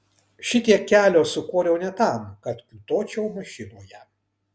šitiek kelio sukoriau ne tam kad kiūtočiau mašinoje